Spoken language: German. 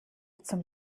zum